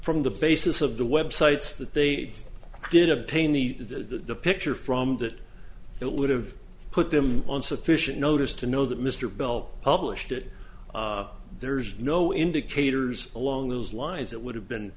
from the basis of the websites that they did obtain needed the picture from that it would have put them on sufficient notice to know that mr bell published it there's no indicators along those lines it would have been